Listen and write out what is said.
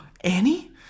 annie